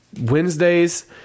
Wednesdays